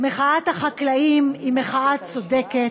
מחאת החקלאים היא מחאה צודקת,